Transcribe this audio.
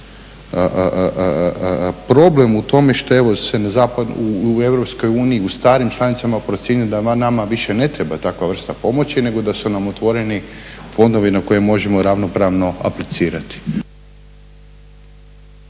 problem u tome što evo se u EU u starim članicama procjenjuje da nama više ne treba takva vrsta pomoći nego da su nam otvoreni fondovi na koje možemo ravnopravno aplicirati.